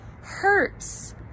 hurts